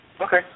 Okay